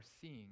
seeing